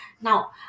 Now